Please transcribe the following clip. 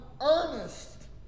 earnest